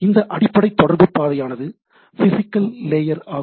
இந்த அடிப்படை தொடர்பு பாதையானது பிஸிக்கல் லேயர் ஆகும்